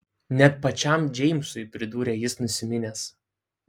net pačiam džeimsui pridūrė jis nusiminęs